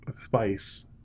spice